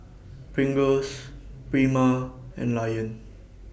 Pringles Prima and Lion